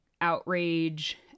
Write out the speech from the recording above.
outrage